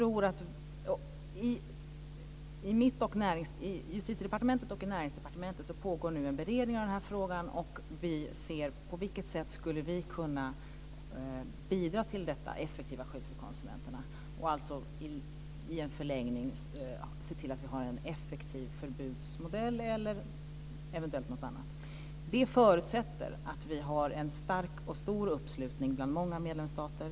I Justitiedepartementet och Näringsdepartementet pågår nu en beredning av den här frågan. Vi tittar på hur vi skulle kunna bidra till detta effektiva skydd för konsumenterna och alltså i en förlängning se till att vi har en effektiv förbudsmodell eller eventuellt något annat. Detta förutsätter en stark och stor uppslutning bland många medlemsstater.